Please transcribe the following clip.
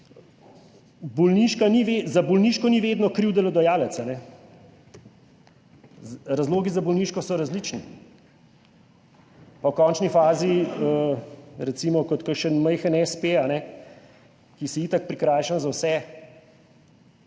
za bolniško ni vedno kriv delodajalec. Razlogi za bolniško so različni, pa v končni fazi, recimo kot kakšen majhen s. p., ki si itak prikrajšan za vse,